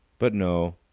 but no.